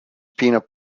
peanut